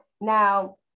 Now